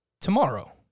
tomorrow